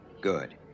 Good